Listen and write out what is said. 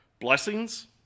blessings